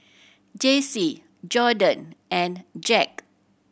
Jessee Jordyn and Jack